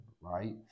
right